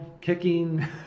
kicking